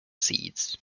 seeds